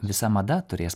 visa mada turės